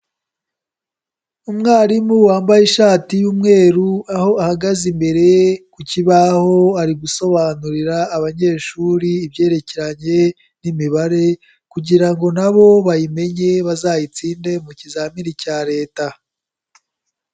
Umwarimu wambaye ishati y'umweru aho ahagaze imbere ku kibaho, ari gusobanurira abanyeshuri ibyerekeranye n'imibare kugira ngo nabo bayimenye, bazayitsinde mu kizamini cya Leta.